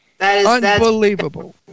Unbelievable